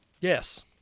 Yes